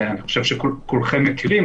אני חושב שכולכם מכירים,